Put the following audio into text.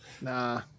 nah